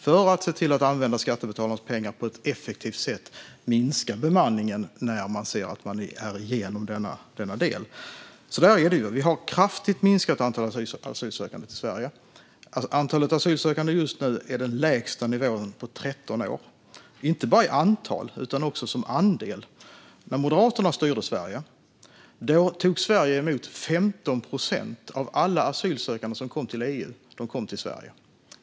För att använda skattebetalarnas pengar på ett effektivt sätt måste man nu minska bemanningen när man nu ser att man kommit förbi den. Vi har kraftigt minskat antalet asylsökande till Sverige. Antalet asylsökande ligger just nu på den lägsta nivån på 13 år, inte bara i antal utan även som andel. När Moderaterna styrde tog Sverige emot 15 procent av alla asylsökande som kom till EU. De kom till Sverige.